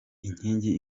inkingi